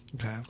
Okay